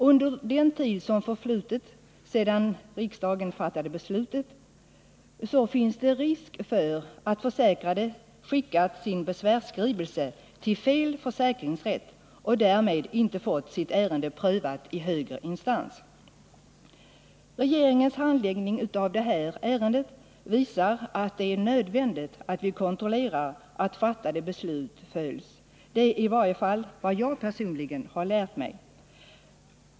Under den tid som förflutit sedan riksdagen fattade beslutet finns det risk för att försäkrade skickat sin besvärsskrivelse till fel försäkringsrätt och därmed inte fått sitt ärende prövat i högre instans. Regeringens handläggning av det här ärendet visar att det är nödvändigt att vi kontrollerar att fattade beslut följs. Det är i varje fall vad jag personligen har lärt mig.